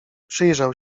przyjrzał